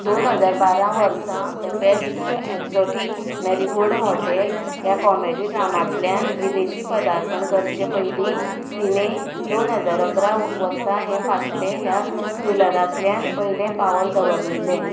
दोन हजार बारा वर्सा the best exotic marigold hotel ह्या कॉमेडी ड्रामांतल्यान विदेशी पदार्पण करचे पयलीं तिणे दोन हजार अकरा वर्सा ये फासलेॅ ह्या थ्रिलरांतल्यान पयलें पावल दवरिल्लें